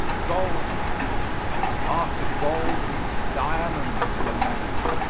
gold and after gold diamonds were made.